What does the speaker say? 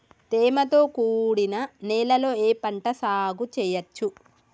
తేమతో కూడిన నేలలో ఏ పంట సాగు చేయచ్చు?